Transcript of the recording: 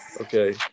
Okay